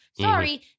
Sorry